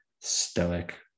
stoic